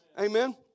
Amen